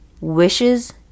wishes